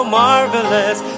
marvelous